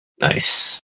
Nice